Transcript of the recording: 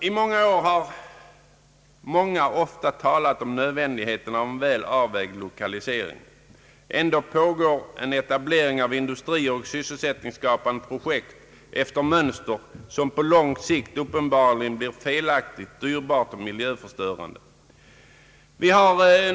I många år har många ofta talat om nödvändigheten av en väl avvägd lokalisering. Ändock pågår etablering av industrier och sysselsättningsskapande projekt efter ett mönster som på lång sikt uppenbarligen blir felaktigt, dyrbart och miljöförstörande.